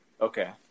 Okay